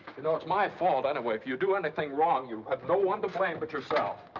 you know it's my fault anyway. if you do anything wrong, you have no one to blame but yourself.